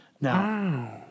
Now